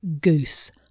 goose